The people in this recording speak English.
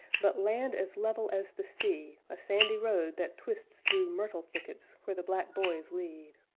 but land as level as the sea, a sandy road that twists through myrtle thickets where the black boys lead.